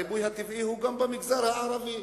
הריבוי הטבעי הוא גם במגזר הערבי.